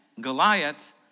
Goliath